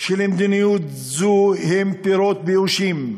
של מדיניות זו הם פירות באושים,